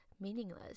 meaningless